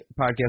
podcast